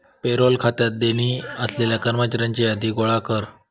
payroll खात्यात देणी असलेल्या कर्मचाऱ्यांची यादी गोळा कर